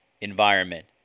environment